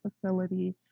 facility